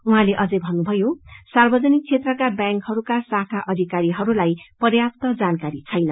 उहाँले अझै भन्नुभयो सार्वजनिक क्षेत्रका बैंकहरूका शासखा अधिकारीहरूलाई प्याप्त जानकारी छैन